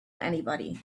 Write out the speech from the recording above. anybody